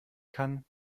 kann